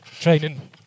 training